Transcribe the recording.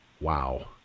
Wow